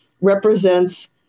represents